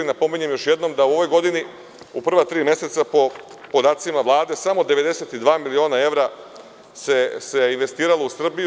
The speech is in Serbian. Napominjem još jednom da se u ovoj godini u prva tri meseca, po podacima Vlade, samo 92 miliona evra investiralo u Srbiju.